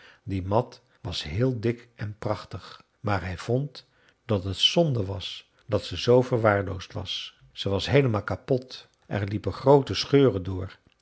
die mat was heel dik en prachtig maar hij vond dat het zonde was dat ze zoo verwaarloosd was zij was heelemaal kapot er liepen groote scheuren door